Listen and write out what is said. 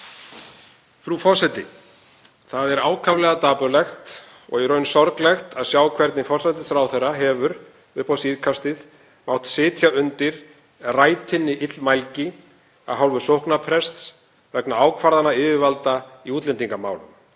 Frú forseti. Það er ákaflega dapurlegt og í raun sorglegt að sjá hvernig forsætisráðherra hefur upp á síðkastið mátt sitja undir rætinni illmælgi af hálfu sóknarprests vegna ákvarðana yfirvalda í útlendingamálum.